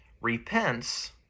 repents